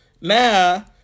Now